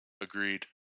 Agreed